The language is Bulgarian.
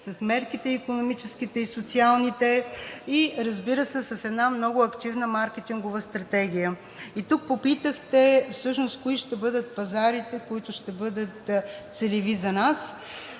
с икономическите и социалните мерки, разбира се, с една много активна маркетингова стратегия. Тук попитахте всъщност кои ще бъдат пазарите, които ще бъдат целеви за нас.